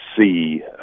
see